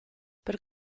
per